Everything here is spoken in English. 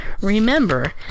Remember